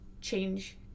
change